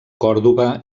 còrdova